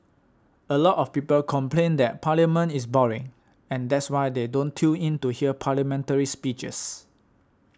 a lot of people complain that Parliament is boring and that's why they don't tune in to hear Parliamentary speeches